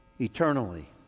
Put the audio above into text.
eternally